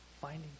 Finding